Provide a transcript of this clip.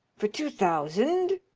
for two thousand?